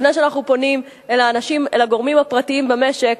לפני שאנחנו פונים אל הגורמים הפרטיים במשק,